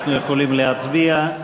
אנחנו יכולים להצביע.